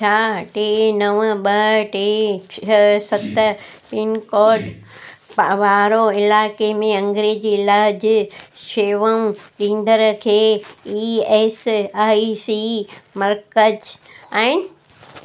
छह टे नव ॿ टे छ्ह सत पिनकोड वा वारो इलाइक़े में अंग्रेज़ी इलाजु शेवाऊं ॾींदड़ खे ई एस आई सी मर्कज़ आहिनि